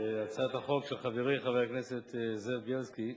הצעת החוק של חברי חבר הכנסת זאב בילסקי,